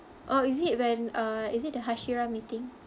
oh is it when uh is it the hashira meeting